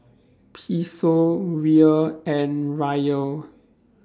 Peso Riel and Riyal